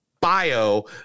bio